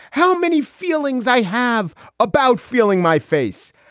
how many feelings i have about feeling my face.